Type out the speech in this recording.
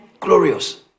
glorious